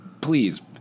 please